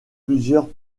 plusieurs